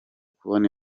kubona